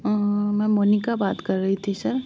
मैं मोनिका बात कर रही थी सर